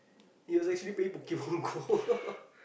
he was actually playing Pokemon Go